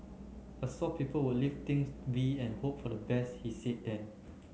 a soft people would leave things be and hope for the best he said then